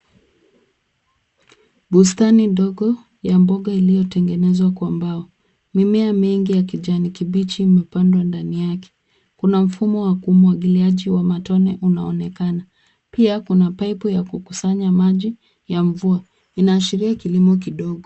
Bustani ndogo ya mboga iliyotengenezwa kwa mbao. Mimea mingi ya kijani kibichi imepandwa ndani yake. Kuna mfumo wa kumwagiliaji wa matone unaonekana pia kuna pipu ya kukusanya maji ya mvua, inaashiria kilimo kidogo.